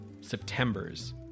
september's